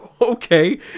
Okay